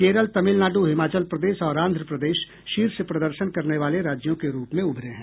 केरल तमिलनाडु हिमाचल प्रदेश और आंध्र प्रदेश शीर्ष प्रदर्शन करने वाले राज्यों के रूप में उभरे हैं